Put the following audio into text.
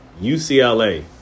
UCLA